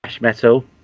metal